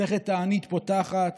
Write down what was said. מסכת תענית פותחת